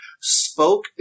spoke